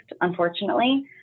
unfortunately